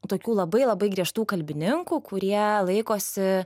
tokių labai labai griežtų kalbininkų kurie laikosi